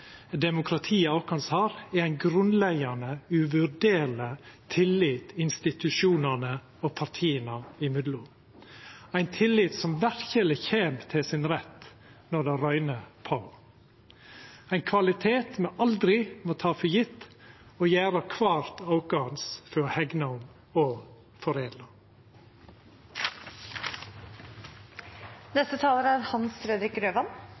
demokratiet vårt har, er ein grunnleggjande, uvurderleg tillit institusjonane og partia imellom – ein tillit som verkeleg kjem til sin rett når det røyner på, ein kvalitet me aldri må ta som ei sjølvfølgje, og som me alle må gjera det me kan for å hegna om og foredla. Norge er